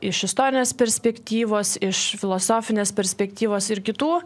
iš istorinės perspektyvos iš filosofinės perspektyvos ir kitų